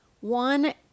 one